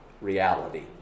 reality